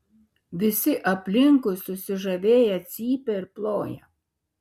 visi aplinkui susižavėję cypia ir ploja